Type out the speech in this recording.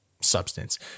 substance